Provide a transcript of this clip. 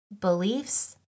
beliefs